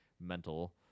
mental